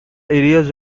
areas